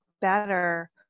better